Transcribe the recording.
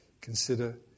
consider